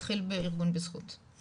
התחיל בארגון בזכות.